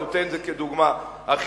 אני נותן את זה כדוגמה אחרת,